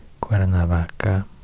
Cuernavaca